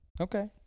Okay